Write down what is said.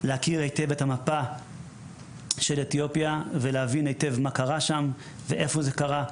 להכיר היטב את המפה של אתיופיה ולהבין היטב מה קרה שם ואיפה זה קרה,